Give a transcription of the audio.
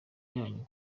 yanyu